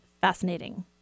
fascinating